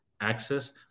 access